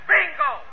Bingo